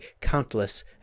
countless